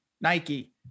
Nike